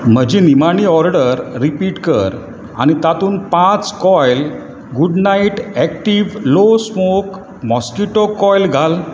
म्हजी निमाणी order repeat कर आनी तातूंत पांच coil good knight active low smoke mosquito coil घाल